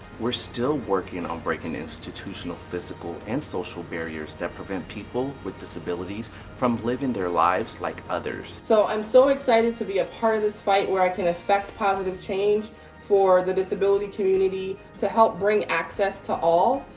still working and on breaking institutional physical and social barriers that prevent people with disabilities from living their lives like others. so i'm so excited to be a part of this fight where i can affect positive change for the disability community to help bring access to all.